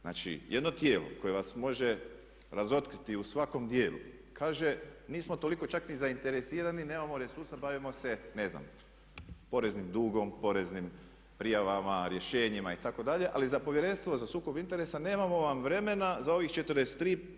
Znači jedno tijelo koje vas može razotkriti u svakom dijelu kaže nismo toliko čak ni zainteresirani, nemamo resursa, bavimo se ne znam poreznim dugom, poreznim prijavama, rješenjima itd., ali za Povjerenstvo za sukob interesa nemamo vam vremena za ovih 43.